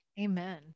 Amen